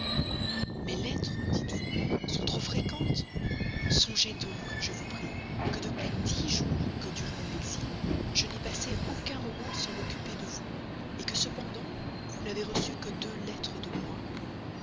mes lettres dites-vous sont trop fréquentes songez donc je vous prie que depuis dix jours que dure mon exil je n'ai passé aucun moment sans m'occuper de vous que cependant vous n'avez reçu que deux lettres de moi